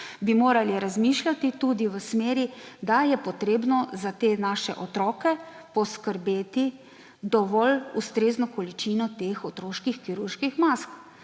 bi morali razmišljati tudi v smeri, da je potrebno za te naše otroke priskrbeti tudi dovolj ustrezno količino teh otroških kirurških mask,